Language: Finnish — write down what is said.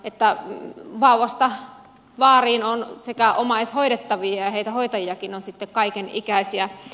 että vauvasta vaariin on omaishoidettavia ja hoitajiakin kaikenikäisiä